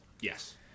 yes